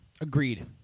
Agreed